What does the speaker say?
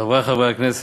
חברי חברי הכנסת,